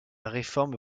réforme